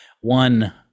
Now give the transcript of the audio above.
One